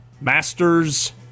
masters